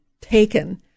taken